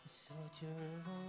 soldier